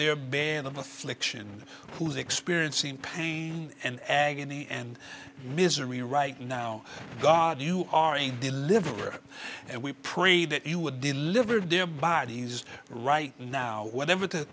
their bed of affliction who's experiencing pain and agony and misery right now god you are in deliver and we pray that you would deliver their bodies right now whatever the